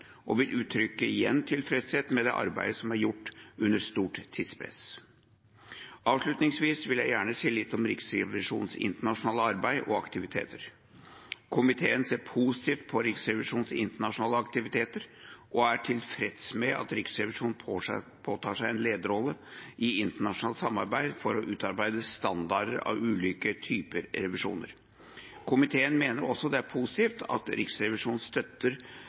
og vil igjen uttrykke tilfredshet med det arbeidet som er gjort under stort tidspress. Avslutningsvis vil jeg gjerne si litt om Riksrevisjonens internasjonale arbeid og aktiviteter. Komiteen ser positivt på Riksrevisjonens internasjonale aktiviteter og er tilfreds med at Riksrevisjonen påtar seg en lederrolle i internasjonalt samarbeid for å utarbeide standarder for ulike typer revisjoner. Komiteen mener også det er positivt at Riksrevisjonen støtter